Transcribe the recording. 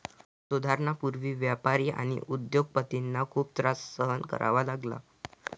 सुधारणांपूर्वी व्यापारी आणि उद्योग पतींना खूप त्रास सहन करावा लागला